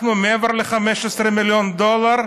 אנחנו, מעבר ל-15 מיליון דולר,